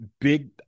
big